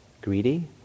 greedy